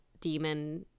demon